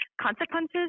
consequences